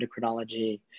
endocrinology